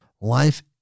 life